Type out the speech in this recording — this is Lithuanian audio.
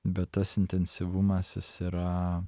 bet tas intensyvumas jis yra